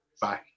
Bye